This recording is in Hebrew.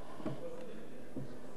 אדוני היושב-ראש, כבוד השר,